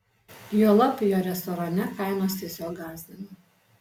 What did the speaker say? juolab jo restorane kainos tiesiog gąsdina